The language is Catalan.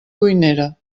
cuinera